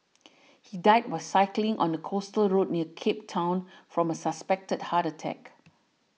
he died while cycling on a coastal road near Cape Town from a suspected heart attack